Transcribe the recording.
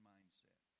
Mindset